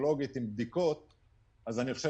הוא נחת